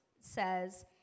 says